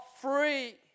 free